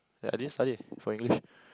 and I didn't study for English